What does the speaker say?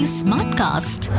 smartcast